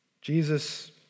Jesus